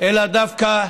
אלא דווקא